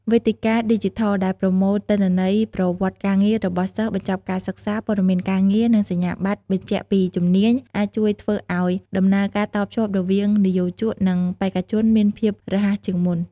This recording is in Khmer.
វេទិកាឌីជីថលដែលប្រមូលទិន្នន័យប្រវត្តិការងាររបស់សិស្សបញ្ចប់ការសិក្សា ព័ត៌មានការងារ និងសញ្ញាប័ត្របញ្ជាក់ពីជំនាញ អាចជួយធ្វើឲ្យដំណើរការតភ្ជាប់រវាងនិយោជកនិងបេក្ខជនមានភាពរហ័សជាងមុន។